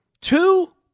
two